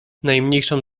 najmniejszą